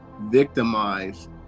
victimized